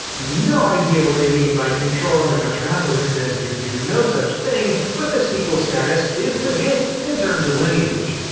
no idea what they mean by controlling a metropolis as you do no such thing, but the sequel status is legit in terms of lineage.